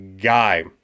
guy